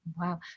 Wow